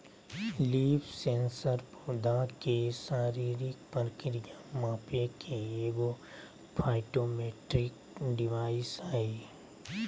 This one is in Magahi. लीफ सेंसर पौधा के शारीरिक प्रक्रिया मापे के एगो फाइटोमेट्रिक डिवाइस हइ